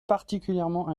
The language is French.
particulièrement